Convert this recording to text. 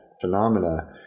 phenomena